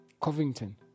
Covington